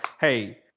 hey